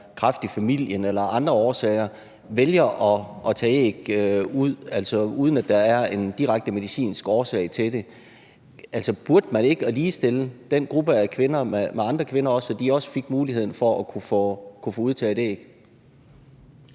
kræft i familien eller af andre årsager – vælger at tage æg ud, uden at der er en direkte medicinsk årsag til det. Burde man ikke ligestille den gruppe af kvinder med andre kvinder, så de også fik muligheden for at kunne få udtaget æg?